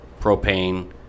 propane